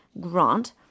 grant